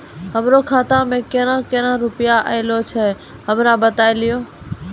हमरो खाता मे केना केना रुपैया ऐलो छै? हमरा बताय लियै?